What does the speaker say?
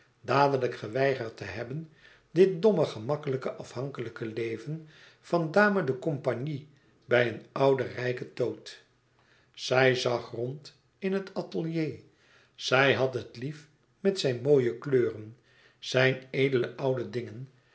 dadelijk geweigerd te hebben dit domme gemakkelijke afhankelijke leven van dame de compagnie bij een oude rijke toot zij zag rond in het atelier zij had het lief met zijne mooie kleuren zijn edele oude dingen